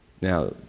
Now